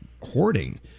Hoarding